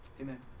amen